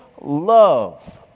love